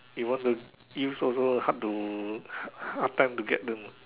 if want to use also hard to hard hard time to get them